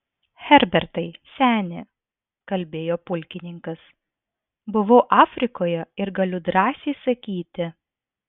herbertai seni kalbėjo pulkininkas buvau afrikoje ir galiu drąsiai sakyti